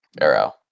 Arrow